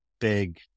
big